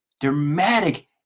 dramatic